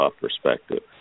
perspective